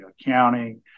accounting